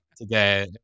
Today